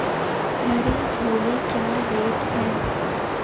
हरे छोले क्या रेट हैं?